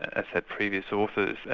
as had previous authors,